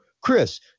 chris